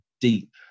deep